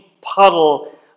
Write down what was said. puddle